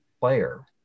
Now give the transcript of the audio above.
player